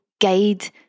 guide